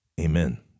Amen